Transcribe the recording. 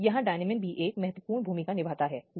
जो इन रेल सेवा का एक हिस्सा थे